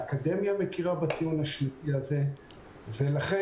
האקדמיה מכירה בציון השנתי הזה ולכן,